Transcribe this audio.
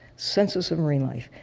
census of marine life.